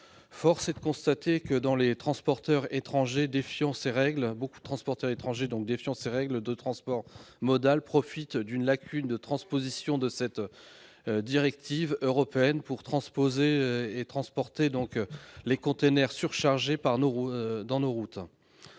Force est de constater que beaucoup de transporteurs étrangers, défiant ces règles de transport modal, profitent d'une lacune de transposition de la directive européenne pour transporter sur nos routes des conteneurs surchargés. En contournant